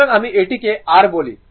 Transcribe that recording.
সুতরাং আমি এটিকে r বলি